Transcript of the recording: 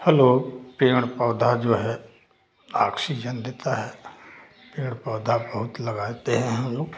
hello पेड़ पौधा जो है ऑक्सीजन देता है पेड़ पौधा बहुत लगाते हैं हम लोग